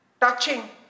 touching